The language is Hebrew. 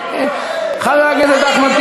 חבר הכנסת אמיר אוחנה,